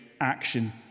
action